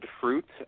fruit